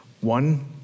one